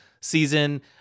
season